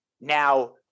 Now